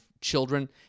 children